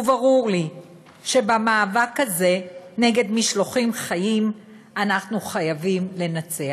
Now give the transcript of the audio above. וברור לי שבמאבק הזה נגד משלוחים חיים אנחנו חייבים לנצח".